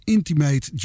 Intimate